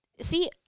See